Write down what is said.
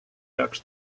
peaks